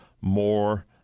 more